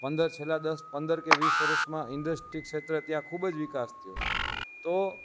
પંદર છેલ્લા દસ પંદર કે વીસ વરસમાં ઇન્ડસ્ટ્રી ક્ષેત્રે છે તો ત્યાં ખૂબ જ વિકાસ થયો છે તો